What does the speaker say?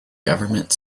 government